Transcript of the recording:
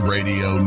Radio